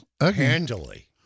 Handily